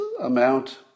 amount